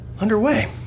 underway